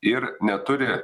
ir neturi